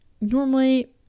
normally